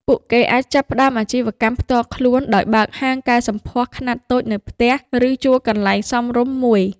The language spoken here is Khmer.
ពួកគេអាចចាប់ផ្តើមអាជីវកម្មផ្ទាល់ខ្លួនដោយបើកហាងកែសម្ផស្សខ្នាតតូចនៅផ្ទះ ឬជួលកន្លែងសមរម្យមួយ។